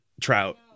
Trout